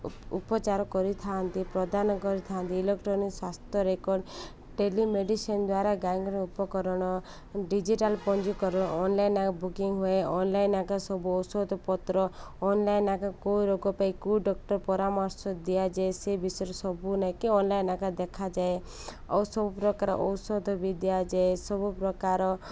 ଉପଚାର କରିଥାନ୍ତି ପ୍ରଦାନ କରିଥାନ୍ତି ଇଲୋକ୍ଟ୍ରୋନିକ୍ ସ୍ୱାସ୍ଥ୍ୟ ରେକର୍ଡ଼ ଟେଲିମେଡ଼ିସିନ୍ ଦ୍ୱାରା ଗାଈଁଗର ଉପକରଣ ଡିଜିଟାଲ୍ ପଞ୍ଜୀକରଣ ଅନ୍ଲାଇନ୍ ଆ ବୁକିଂ ହୁଏ ଅନଲାଇନ୍ ଏକା ସବୁ ଔଷଧ ପତ୍ର ଅନ୍ଲାଇନ୍ ଆଗା କୋଉ ରୋଗ ପାଇଁ କୋଉ ଡକ୍ଟର ପରାମର୍ଶ ଦିଆଯାଏ ସେ ବିଷୟରେ ସବୁ ନେଇକି ଅନଲାଇନ୍ ଏକା ଦେଖାଯାଏ ଆଉ ସବୁ ପ୍ର୍ରକାର ଔଷଧ ବି ଦିଆଯାଏ ସବୁ ପ୍ରକାର